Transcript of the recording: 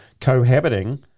cohabiting